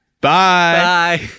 Bye